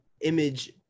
image